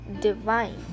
divine